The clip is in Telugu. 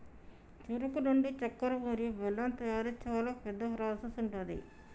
చెరుకు నుండి చెక్కర మరియు బెల్లం తయారీ చాలా పెద్ద ప్రాసెస్ ఉంటది